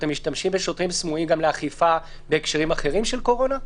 אתם משתמשים בשוטרים סמויים גם לאכיפה בהקשרים אחרים של קורונה?